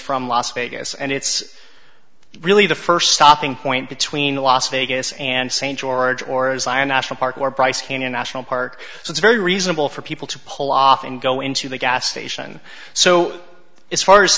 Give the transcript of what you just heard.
from las vegas and it's really the first stopping point between las vegas and st george or zion national park or bryce canyon national park so it's very reasonable for people to pull off and go into the gas station so